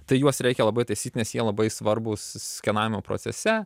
tai juos reikia labai taisyt nes jie labai svarbūs skenavimo procese